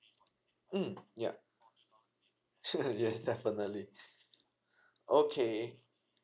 mm ya yes definitely okay